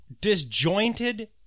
disjointed